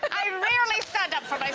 i rarely stand up for like